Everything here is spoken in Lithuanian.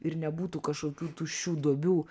ir nebūtų kažkokių tuščių duobių